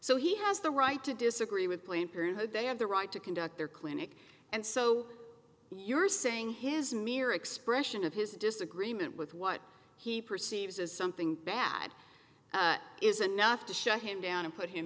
so he has the right to disagree with planned parenthood they have the right to conduct their clinic and so you're saying his mere expression of his disagreement with what he perceives as something bad is a nuff to shut him down and put him